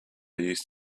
used